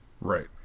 Right